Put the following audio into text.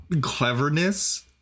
cleverness